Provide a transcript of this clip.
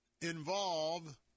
Involve